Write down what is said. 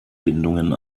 bindungen